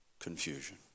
confusion